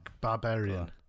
barbarian